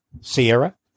Sierra